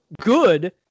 good